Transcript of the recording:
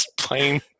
plain